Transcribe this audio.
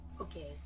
Okay